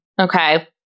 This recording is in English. okay